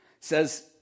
says